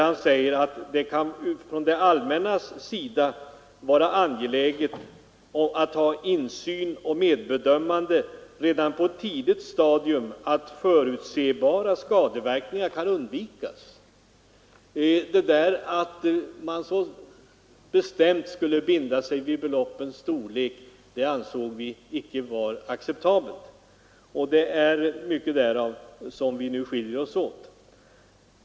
Han säger att det kan från det allmännas sida vara angeläget att ha insyn och medbedömande redan på ett tidigt stadium, så att förutsebara skadeverkningar kan undvikas. Att alltså binda sig då det gäller beloppets storlek ansåg vi icke vara acceptabelt, och det är en av anledningarna till att vi skilde oss åt.